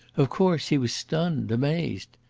of course, he was stunned, amazed.